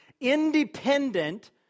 independent